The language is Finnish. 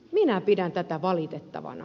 minä pidän tätä valitettavana